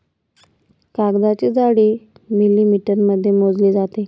कागदाची जाडी मिलिमीटरमध्ये मोजली जाते